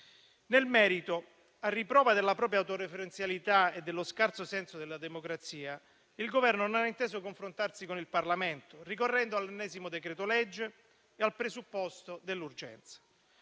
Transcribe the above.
Nel merito, a riprova della propria autoreferenzialità e dello scarso senso della democrazia, il Governo non ha inteso confrontarsi con il Parlamento, ricorrendo all'ennesimo decreto-legge e al presupposto dell'urgenza.